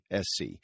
SC